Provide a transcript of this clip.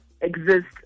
exist